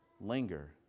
linger